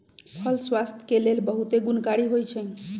फल स्वास्थ्य के लेल बहुते गुणकारी होइ छइ